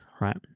right